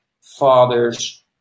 fathers